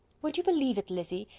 would you believe it, lizzy,